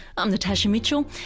i'm natasha mitchell.